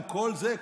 גם כל זה,